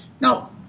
Now